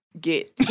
get